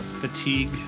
fatigue